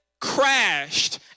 crashed